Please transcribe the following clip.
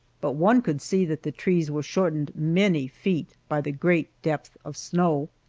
but one could see that the trees were shortened many feet by the great depth of snow.